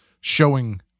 showing